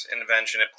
invention